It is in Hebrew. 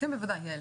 כן, יעל.